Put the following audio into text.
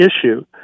issue